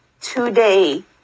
today